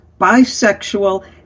Bisexual